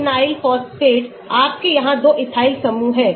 Diethyl phenyl phosphates आपके यहां दो ethyl समूह हैं